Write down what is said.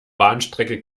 bahnstrecke